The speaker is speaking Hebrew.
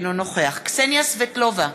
אינו נוכח קסניה סבטלובה,